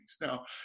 Now